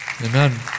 Amen